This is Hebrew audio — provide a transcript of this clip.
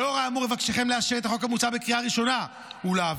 לאור האמור אבקשכם לאשר את החוק המוצע בקריאה ראשונה ולהעבירו